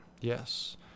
Yes